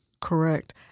Correct